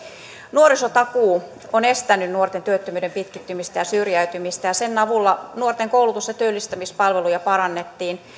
nuorisotakuu on estänyt nuorten työttömyyden pitkittymistä ja syrjäytymistä ja sen avulla nuorten koulutus ja työllistämispalveluja parannettiin